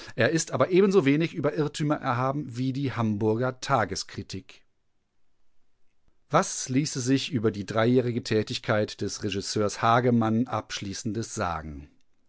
er ist aber ebensowenig über irrtümer erhaben wie die hamburger tageskritik was ließe sich über die dreijährige tätigkeit des regisseurs hagemann abschließendes sagen